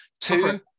Two